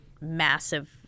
massive